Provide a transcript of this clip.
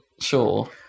sure